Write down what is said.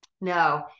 No